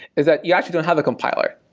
is that you actually don't have a compiler,